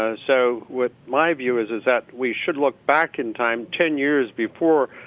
ah so with my view is is that we should look back in time ten years before ah.